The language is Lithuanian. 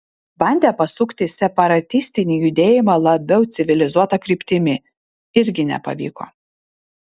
bandė pasukti separatistinį judėjimą labiau civilizuota kryptimi irgi nepavyko